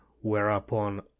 whereupon